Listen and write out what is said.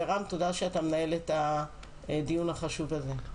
רם, תודה שאתה מנהל את הדיון החשוב הזה.